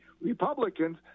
Republicans